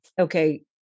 Okay